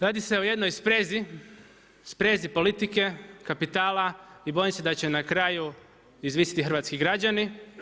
Radi se o jednoj sprezi politike, kapitala i bojim se da će na kraju izvisiti hrvatski građani.